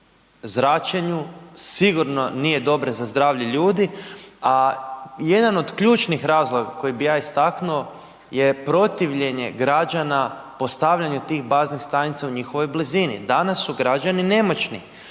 zračenju, sigurno nije dobra za zdravlje ljudi, a jedan od ključnih razloga koji bi ja istaknuo, je protivljenje građana, postavljanja tih baznih stanica u njihovoj blizini. Danas su građani nemoćni,